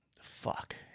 fuck